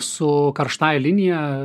su karštąja linija